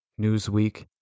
Newsweek